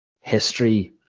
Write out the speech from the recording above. history